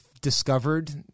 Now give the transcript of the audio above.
discovered